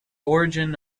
origin